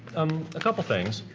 um a couple of things